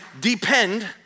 depend